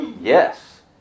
yes